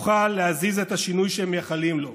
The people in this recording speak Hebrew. נוכל להזיז את השינוי שהם מייחלים לו,